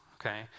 okay